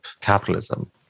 capitalism